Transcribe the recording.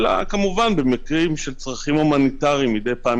פרט כמובן למקרים של צרכים הומניטריים מידי פעם